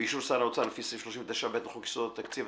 באישור שר האוצר לפי סעיף 39ב לחוק יסודות התקציב,